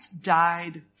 died